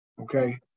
okay